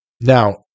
Now